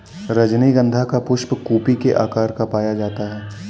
रजनीगंधा का पुष्प कुपी के आकार का पाया जाता है